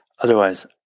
otherwise